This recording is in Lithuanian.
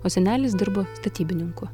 o senelis dirbo statybininku